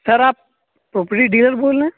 سر آپ property dealer بول رہے ہیں